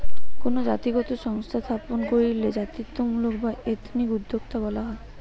কোনো জাতিগত সংস্থা স্থাপন কইরলে জাতিত্বমূলক বা এথনিক উদ্যোক্তা বলা হয়